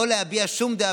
לא להביע שום דעה,